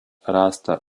rasta